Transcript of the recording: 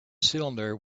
cylinder